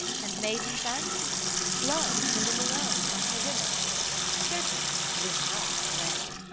and maiden fancies loved to live alone among her women certain, would not wed.